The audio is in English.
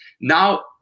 Now